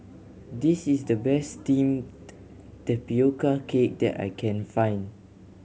this is the best steamed tapioca cake that I can find